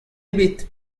ebet